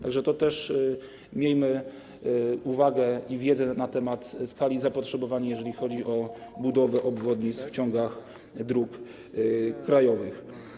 Tak że miejmy uwagę i wiedzę na temat skali zapotrzebowania, jeżeli chodzi o budowę obwodnic w ciągach dróg krajowych.